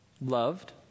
Loved